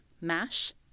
MASH